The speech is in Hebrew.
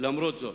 למרות זאת,